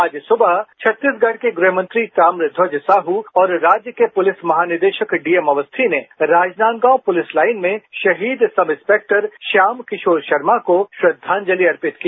आज सुबह छत्तीसगढ़ के गृहमंत्री ताम्रध्वज साहू और राज्य के पुलिस महानिदेशक डीएम अवस्थी ने राजनांदगांव पुलिस लाइन में शहीद सब इंस्पेक्टर श्याम किशोर शर्मा को श्रद्धांजलि अर्पित की